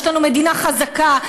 יש לנו מדינה חזקה,